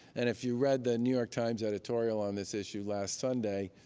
and if you read the new york times editorial on this issue last sunday,